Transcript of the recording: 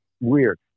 weird